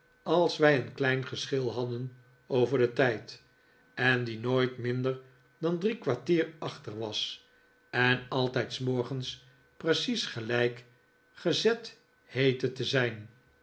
als wij een klein geschil hadden over den tijd en die npoit minder dan drie kwartier achter was en altijd s morgens precies gelijk gezet heette te zijn